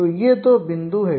तो ये दो बिंदु हैं